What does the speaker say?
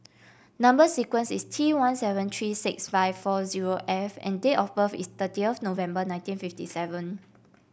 number sequence is T one seven three six five four zero F and date of birth is thirtieth November nineteen fifty seven